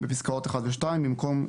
בבקשה.